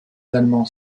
allemands